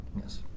Yes